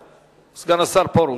סגן השר פרוש.